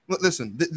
listen